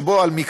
שבו בעל השליטה,